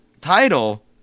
title